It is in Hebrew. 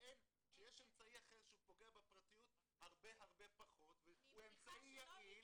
כשיש אמצעי אחר שפוגע בפרטיות הרבה הרבה פחות והוא אמצעי יעיל,